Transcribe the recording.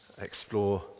explore